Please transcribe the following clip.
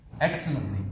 excellently